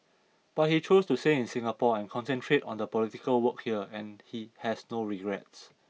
but he chose to stay in Singapore and concentrate on the political work here and he has had no regrets